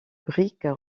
briques